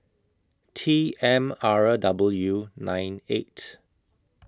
T M R W nine eight